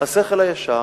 השכל הישר,